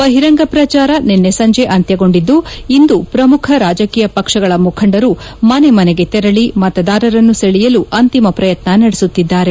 ಬಹಿರಂಗ ಪ್ರಜಾರ ನಿನ್ನೆ ಸಂಜೆ ಅಂತ್ಯಗೊಂಡಿದ್ದು ಇಂದು ಪ್ರಮುಖ ರಾಜಕೀಯ ಪಕ್ಷಗಳ ಮುಖಂಡರು ಮನೆ ಮನೆಗೆ ತೆರಳಿ ಮತದಾರರನ್ನು ಸೆಳೆಯಲು ಅಂತಿಮ ಪ್ರಯತ್ನ ನಡೆಸುತ್ತಿದ್ದಾರೆ